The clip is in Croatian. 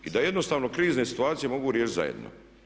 I da jednostavno krizne situacije mogu riješiti zajedno.